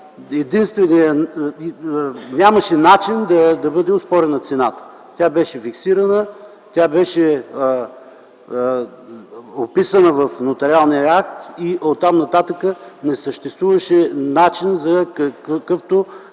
на сделката нямаше начин да бъде оспорена цената. Тя беше фиксирана, тя беше описана в нотариалния акт и оттам нататък не съществуваше начин за каквото